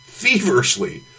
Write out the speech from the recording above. feverishly